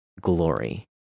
glory